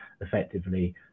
effectively